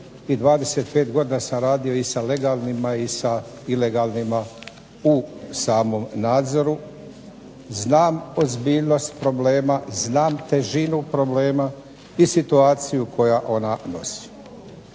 i 25 godina sam radio i sa legalnim i ilegalnima u samom nadzoru. Znam ozbiljnost problema, znam težinu problema i situaciju koja ona nosi.